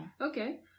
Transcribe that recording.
Okay